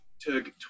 took